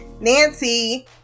nancy